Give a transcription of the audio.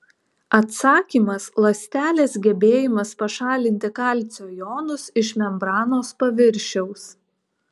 atsakymas ląstelės gebėjimas pašalinti kalcio jonus iš membranos paviršiaus